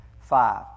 five